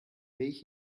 milch